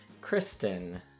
Kristen